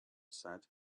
said